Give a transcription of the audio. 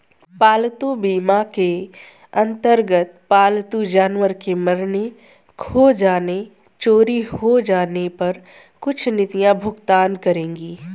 पालतू बीमा के अंतर्गत पालतू जानवर के मरने, खो जाने, चोरी हो जाने पर कुछ नीतियां भुगतान करेंगी